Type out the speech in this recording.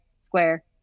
Square